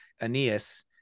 Aeneas